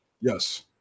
Yes